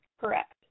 correct